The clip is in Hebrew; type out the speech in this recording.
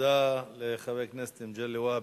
תודה לחבר הכנסת מגלי והבה.